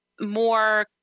more